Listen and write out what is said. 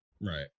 Right